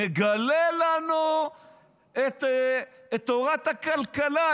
מגלה לנו את תורת הכלכלה.